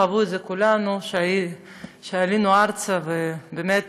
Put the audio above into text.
חווינו את זה כולנו כשעלינו ארצה ובאמת